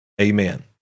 Amen